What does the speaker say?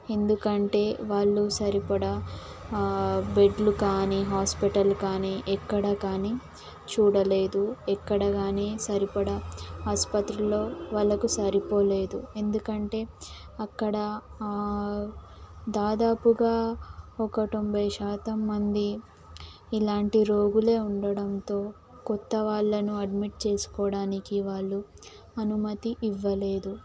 ఎందుకంటే వాళ్ళు సరిపడ బెడ్లు కాని హాస్పిటల్ కాని ఎక్కడ కాని చూడలేదు ఎక్కడ కాని సరిపడా ఆసుపత్రిలో వాళ్ళకు సరిపోలేదు ఎందుకంటే అక్కడ దాదాపుగా ఒక తొంభై శాతం మంది ఇలాంటి రోగులే ఉండడంతో కొత్త వాళ్ళను అడ్మిట్ చేసుకోవడానికి వాళ్ళు అనుమతి ఇవ్వలేదు